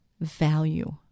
value